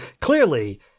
clearly